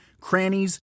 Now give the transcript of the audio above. crannies